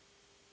Hvala,